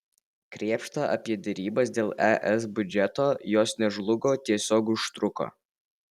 krėpšta apie derybas dėl es biudžeto jos nežlugo tiesiog užtruko